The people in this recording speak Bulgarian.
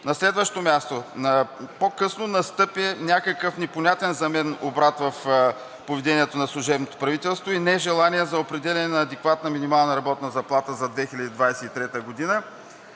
На следващо място, по-късно настъпи някакъв непонятен за мен обрат в поведението на служебното правителство и нежелание за определяне на адекватна минимална работна заплата за 2023 г.